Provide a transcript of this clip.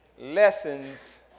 Lessons